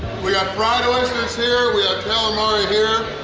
we got fried oysters here, we have calamari here.